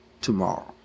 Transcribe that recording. tomorrow